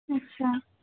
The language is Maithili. अच्छा